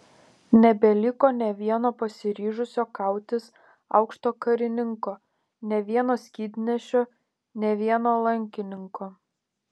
nebeliko nė vieno pasiryžusio kautis aukšto karininko nė vieno skydnešio nė vieno lankininko